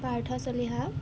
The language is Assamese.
পাৰ্থ চলিহা